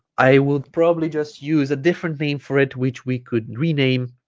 i would probably just use a different name for it which we could rename